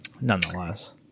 nonetheless